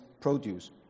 produce